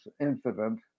incident